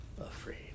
Afraid